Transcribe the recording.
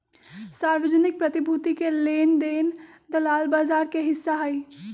सार्वजनिक प्रतिभूति के लेन देन दलाल बजार के हिस्सा हई